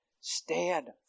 Stand